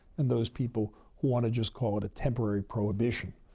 and those people who want to just call it a temporary prohibition,